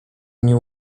nie